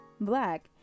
black